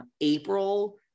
April